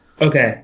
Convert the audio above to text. okay